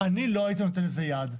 אני לא הייתי נותן לזה יד.